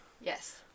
Yes